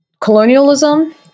colonialism